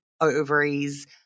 ovaries